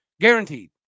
guaranteed